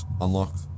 Unlocked